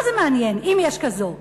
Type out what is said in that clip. מה זה מעניין, אם יש כזאת?